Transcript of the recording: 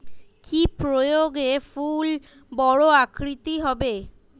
কি প্রয়োগে ফুল বড় আকৃতি হবে?